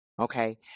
Okay